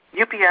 UPS